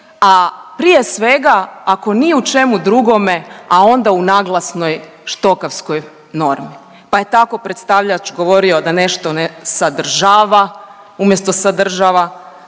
a prije svega ako ni u čemu drugome, a onda u naglasnoj štokavskoj normi. Pa je tako predstavljač govorio da nešto ne sadržava umjesto sadržava,